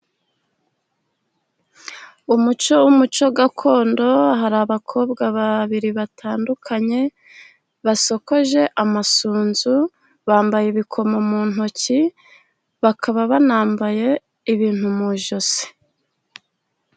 Umuco w'umuco gakondo, hari abakobwa babiri batandukanye, basokoje amasunzu, bambaye ibikomo mu ntoki, bakaba banambaye ibintu mu ijosi.